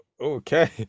Okay